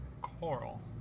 Coral